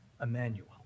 Emmanuel